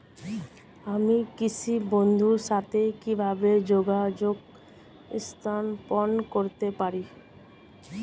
আমি কৃষক বন্ধুর সাথে কিভাবে যোগাযোগ স্থাপন করতে পারি?